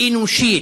אנושית,